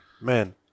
man